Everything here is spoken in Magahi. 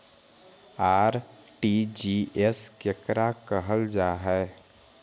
आर.टी.जी.एस केकरा कहल जा है?